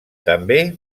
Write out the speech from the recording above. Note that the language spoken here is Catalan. també